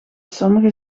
sommige